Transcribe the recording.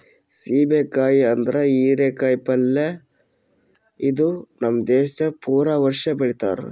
ಸೀಬೆ ಕಾಯಿ ಅಂದುರ್ ಹೀರಿ ಕಾಯಿ ಪಲ್ಯ ಇದು ನಮ್ ದೇಶದಾಗ್ ಪೂರಾ ವರ್ಷ ಬೆಳಿತಾರ್